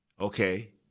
okay